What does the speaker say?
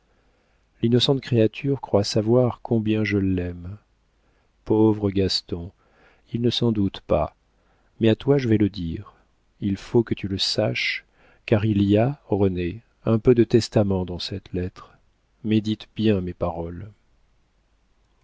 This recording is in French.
l'innocente créature croit savoir combien je l'aime pauvre gaston il ne s'en doute pas mais à toi je vais le dire il faut que tu le saches car il y a renée un peu de testament dans cette lettre médite bien mes paroles